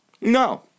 No